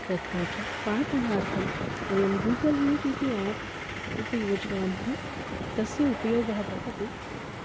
तथा च पाठनार्थं वयं गूगल् मीट् इति ऐप् उपयोजयामः तस्य उपयोगः भवति